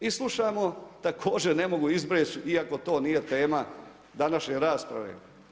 I slušamo također, ne mogu izbjeći, iako to nije tema, današnje rasprave.